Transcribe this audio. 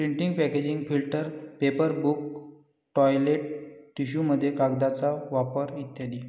printing packaging filter paper book toilet टिश्यूमध्ये कागदाचा वापर इ